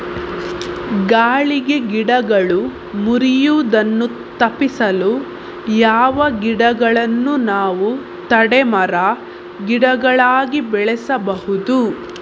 ಗಾಳಿಗೆ ಗಿಡಗಳು ಮುರಿಯುದನ್ನು ತಪಿಸಲು ಯಾವ ಗಿಡಗಳನ್ನು ನಾವು ತಡೆ ಮರ, ಗಿಡಗಳಾಗಿ ಬೆಳಸಬಹುದು?